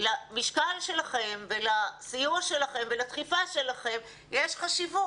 למשקל שלכם, לסיוע שלכם ולדחיפה שלכם יש חשיבות,